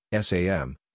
SAM